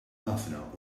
ħafna